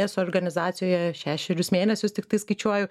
eso organizacijoje šešerius mėnesius tiktai skaičiuoju